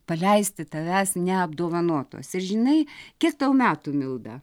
paleisti tavęs neapdovanotos ir žinai kiek tau metų milda